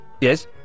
Yes